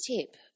tip